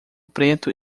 preto